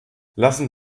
lassen